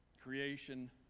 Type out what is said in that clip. creation